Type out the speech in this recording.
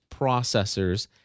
processors